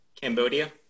Cambodia